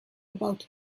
about